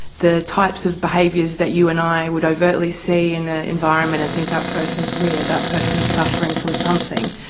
the types of behaviours that you and i would overtly see in the environment and think that person is weird, that person is suffering from something.